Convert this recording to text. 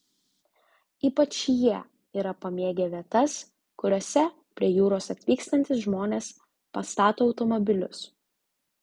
ypač jie yra pamėgę vietas kuriose prie jūros atvykstantys žmones pastato automobilius